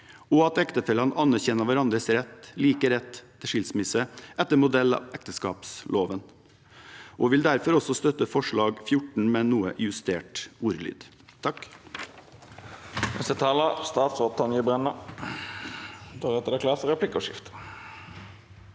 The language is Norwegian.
og at ektefellene anerkjenner hverandres like rett til skilsmisse, etter modell av ekteskapsloven. Vi vil derfor også støtte forslag nr. 14, med en noe justert ordlyd.